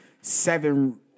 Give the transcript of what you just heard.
Seven